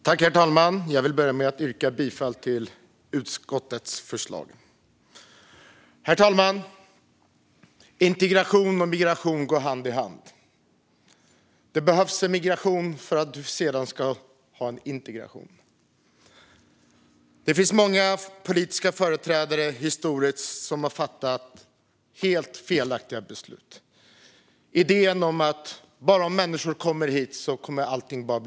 Herr talman! Jag vill börja med att yrka bifall till utskottets förslag. Integration och migration går hand i hand. Det behövs en migration för att man sedan ska ha en integration. Många politiska företrädare genom historien har fattat helt felaktiga beslut. Det finns en idé om att bara människor kommer hit blir allting bättre.